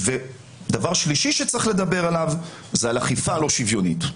דבר שלישי שצריך לדבר עליו זה על אכיפה לא שוויונית.